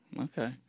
Okay